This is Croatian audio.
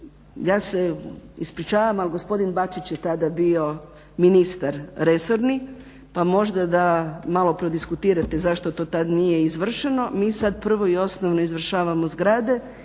Ja se ispričavam, ali gospodin Bačić je tada bio ministar resorni, pa možda da malo prodiskutirate zašto to tad nije izvršeno. Mi sad prvo i osnovno izvršavamo zgrade.